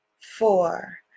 four